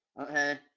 okay